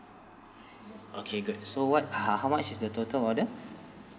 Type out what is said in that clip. okay good so what uh how much is the total order